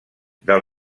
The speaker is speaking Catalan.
del